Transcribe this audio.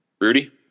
Rudy